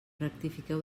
rectifiqueu